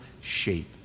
shape